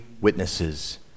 witnesses